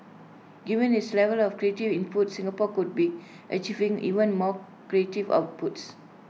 given its level of creative input Singapore could be achieving even more creative outputs